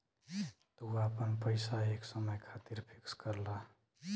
तू आपन पइसा एक समय खातिर फिक्स करला